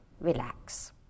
relax